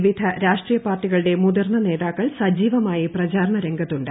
വിവിധ രാഷ്ട്രട്ടീയ പാർട്ടികളുടെ മുതിർന്ന നേതാക്കൾ സജീവമായ പ്രചാരങ്ങ് രംഗത്തുണ്ട്